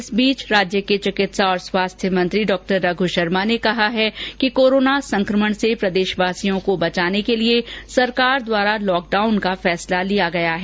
इस बीच राज्य के चिकित्सा और स्वास्थ्य मंत्री डॉ रघ् शर्मा ने कहा है कि कोरोना संक्रमण से प्रदेशवासियों को बचाने के लिए सरकार द्वारा लॉकडाउन का फैसला लिया गया है